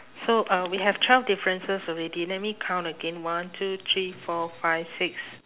so uh we have twelve differences already let me count again one two three four five six